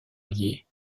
alliées